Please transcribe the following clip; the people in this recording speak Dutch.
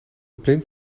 plint